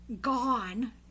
gone